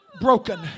broken